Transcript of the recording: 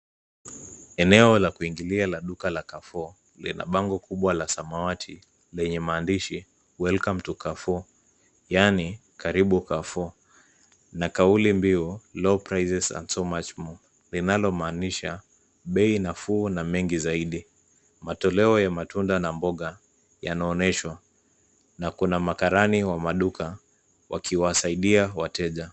Eneo la kuingilia la duka la Carrefour, lina bango kubwa la samawati, lenye maandishi, Welcome to Carrefour . Yaani, karibu Carrefour. Na kauli mbiu, low prices and so much more , likimaanisha, bei nafuu na mengi zaidi. Matoleo ya matunda na mboga, yanaonyeshwa. Na kuna makarani wa maduka, wakiwasaidia wateja.